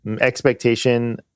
expectation